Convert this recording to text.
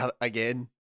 again